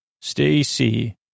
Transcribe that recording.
Stacy